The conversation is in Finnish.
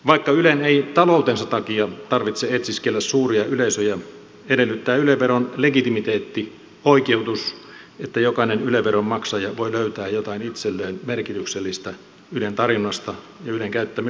vaikka ylen ei taloutensa takia tarvitse etsiskellä suuria yleisöjä edellyttää yle veron legitimiteetti oikeutus että jokainen yle veron maksaja voi löytää jotain itselleen merkityksellistä ylen tarjonnasta ja ylen käyttämiltä jakelukanavilta